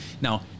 Now